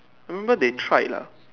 remember they tried lah